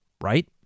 Right